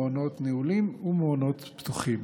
מעונות נעולים ומעונות פתוחים.